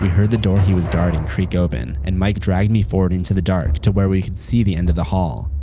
heard the door he was guarding creak open and mike dragged me forward into the dark, to where we could see the end of the hall.